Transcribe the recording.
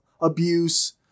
abuse